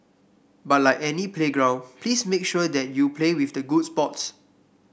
but like any playground please make sure that you play with the good sports